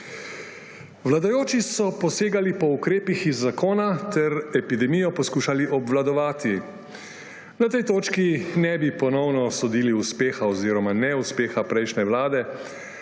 Vladajoči so posegali po ukrepih iz zakona ter epidemijo poskušali obvladovati. Na tej točki ne bi ponovno sodili uspeha oziroma neuspeha prejšnje vlade,